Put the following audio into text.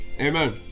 Amen